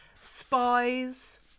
spies